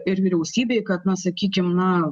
ir vyriausybei kad na sakykim na